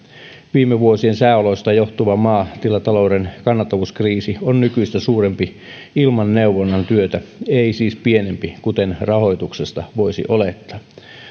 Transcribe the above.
viime vuosien sääoloista johtuva maatilatalouden kannattavuuskriisi on nykyistä suurempi ilman neuvonnan työtä ei siis pienempi kuten rahoituksesta voisi olettaa